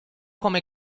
come